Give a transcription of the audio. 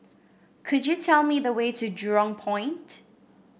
could you tell me the way to Jurong Point